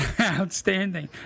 Outstanding